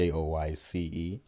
Joyce